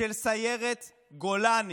של סיירת גולני